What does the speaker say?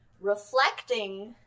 reflecting